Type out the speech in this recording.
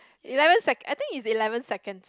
eleven sec I think is eleven seconds